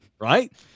Right